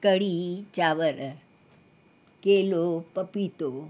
कढ़ी चांवर केलो पपीतो